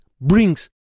brings